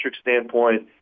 standpoint